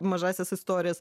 mažąsias istorijas